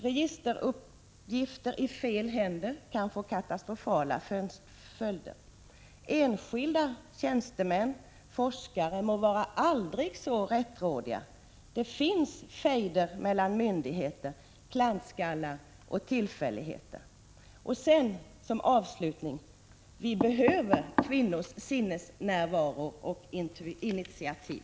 Registeruppgifter i fel händer kan få katastrofala följder. Enskilda tjänstemän och forskare må vara aldrig så rättrådiga — det finns fejder mellan myndigheter, det finns klantskallar och tillfälligheter. Och till sist: Vi behöver kvinnors sinnesnärvaro och initiativ.